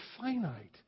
finite